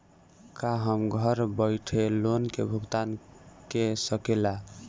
का हम घर बईठे लोन के भुगतान के शकेला?